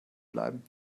bleiben